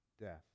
death